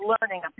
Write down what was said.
learning